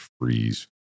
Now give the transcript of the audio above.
freeze